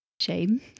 shame